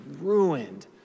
ruined